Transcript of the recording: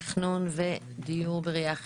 תכנון ודיור בראייה חברתית.